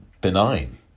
benign